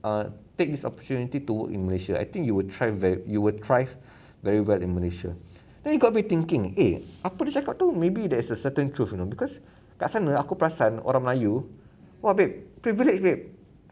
err take this opportunity to work in malaysia I think you would try you will thrive very well in malaysia then you got me thinking eh apa dia cakap tu maybe there is a certain truth you know because kat sana aku perasan orang melayu !wah! babe privilege babe